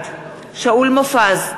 בעד שאול מופז,